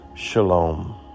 Shalom